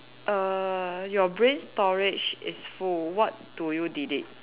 err your brain storage is full what do you delete